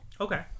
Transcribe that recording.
Okay